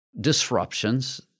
disruptions